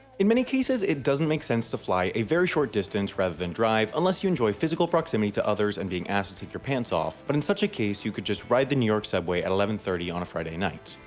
in many cases it doesn't make sense to fly a very short distance rather than drive unless you enjoy physical proximity to others and being asked to take your pants off but in such a case you could just ride the new york subway at eleven thirty on a friday night.